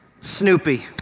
Snoopy